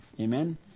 amen